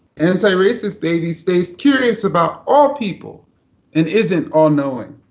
antiracist baby stays curious about all people and isn't all knowing.